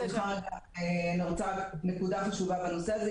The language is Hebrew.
יש לי עוד נקודה חשובה בנושא הזה.